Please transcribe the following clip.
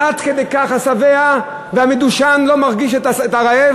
עד כדי כך השבע והמדושן לא מרגיש את הרעב?